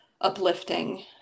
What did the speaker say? uplifting